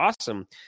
awesome